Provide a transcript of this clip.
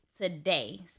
today